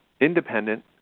independent